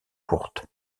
courtes